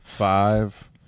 Five